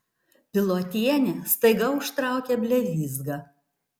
pilotienė staiga užtraukia blevyzgą